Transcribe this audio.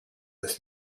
this